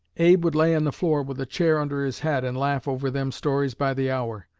a would lay on the floor with a chair under his head and laugh over them stories by the hour.